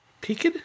Peaked